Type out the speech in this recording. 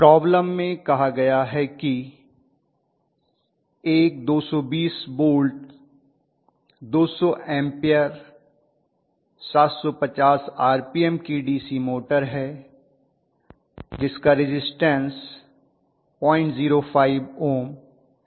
problem में कहां गया है कि एक 220 वोल्टस 200 एम्पेयर 750 आरपीएम की डीसी मोटर है जिसका रिज़िस्टन्स 005 ओम है